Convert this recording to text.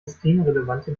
systemrelevante